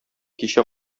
кичә